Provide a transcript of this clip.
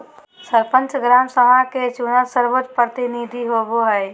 सरपंच, ग्राम सभा के चुनल सर्वोच्च प्रतिनिधि होबो हइ